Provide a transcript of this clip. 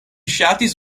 ŝatis